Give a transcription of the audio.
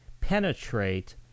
penetrate